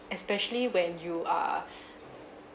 especially when you are